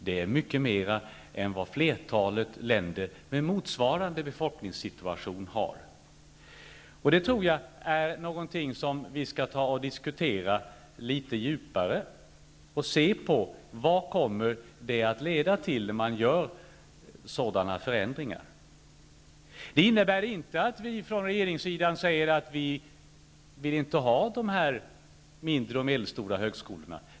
Det är mycket mer än vad flertalet länder med motsvarande befolkningsmängd har. Detta är någonting som vi skall diskutera litet djupare och se vad det kommer att leda till om sådana förändringar genomförs. Det innebär inte att vi från regeringspartiernas sida säger att vi inte vill ha dessa mindre och medelstora högskolor.